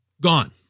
gone